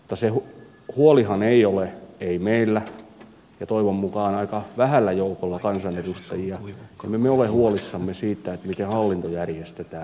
mutta se huolihan ei ole meillä ja toivon mukaan se on aika vähällä joukolla kansanedustajia emme me ole huolissamme siitä miten hallinto järjestetään